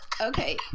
Okay